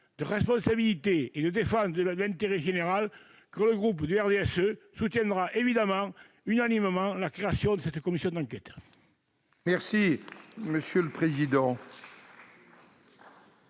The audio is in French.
de responsabilité et de défense de l'intérêt général que le groupe du RDSE soutiendra unanimement la création de cette commission d'enquête. Personne ne demande